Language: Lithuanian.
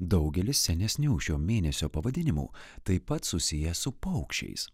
daugelis senesnių šio mėnesio pavadinimų taip pat susiję su paukščiais